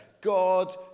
God